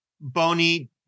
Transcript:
bony